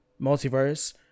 multiverse